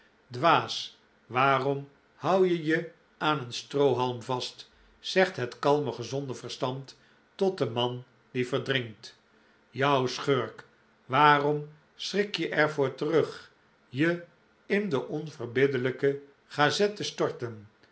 dwaas waarom hou je je aan een stroohalm vast zegt het kalme gezonde verstand tot den man die verdrinkt jou schurk waarom schrik je er voor terug je in den onverbiddelijken gazette te storten